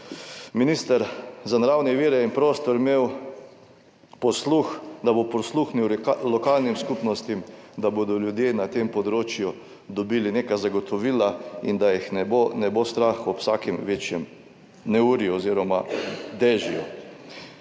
minister za naravne vire in prostor imel posluh, da bo prisluhnil lokalnim skupnostim, da bodo ljudje na tem področju dobili neka zagotovila in da jih ne bo strah ob vsakem večjem neurju oziroma dežju.